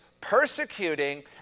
persecuting